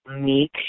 meek